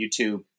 YouTube